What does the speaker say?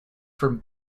from